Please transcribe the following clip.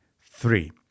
three